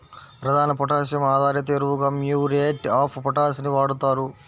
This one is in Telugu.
ప్రధాన పొటాషియం ఆధారిత ఎరువుగా మ్యూరేట్ ఆఫ్ పొటాష్ ని వాడుతారు